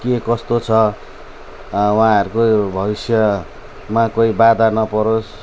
के कस्तो छ उहाँहरूको भविष्यमा कोही बाधा नपरोस्